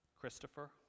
Christopher